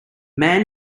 man